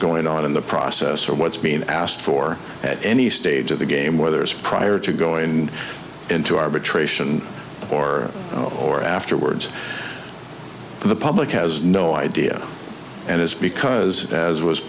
going on in the process or what's being asked for at any stage of the game whether it's prior to going into ation or or afterwards the public has no idea and it's because as was